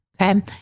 Okay